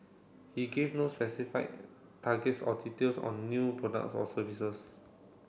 he gave no specified targets or details on new products or services